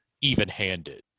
even-handed